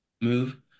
move